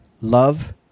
Love